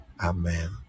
amen